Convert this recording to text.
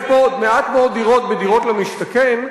עכשיו, יש מעט מאוד דירות בדירות למשתכן,